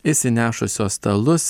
išsinešusios stalus